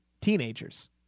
teenagers